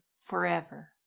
forever